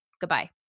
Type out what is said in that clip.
Goodbye